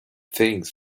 things